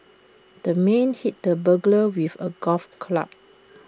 the man hit the burglar with A golf club